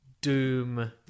Doom